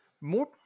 more